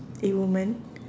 a woman